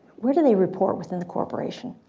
where do they report within the corporation?